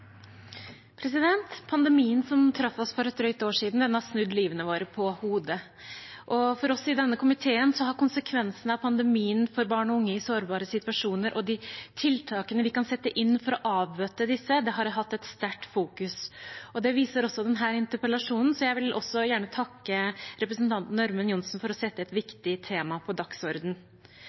Pandemien som traff oss for et drøyt år siden, har snudd livet vårt på hodet. For oss i denne komiteen har konsekvensene av pandemien for barn og unge i sårbare situasjoner og de tiltakene vi kan sette inn for å avbøte disse, vært sterkt i fokus. Det viser også denne interpellasjonen, så jeg vil også gjerne takke representanten Ørmen Johnsen for å sette et viktig tema på